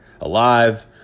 alive